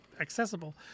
accessible